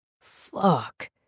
fuck